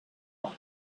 vol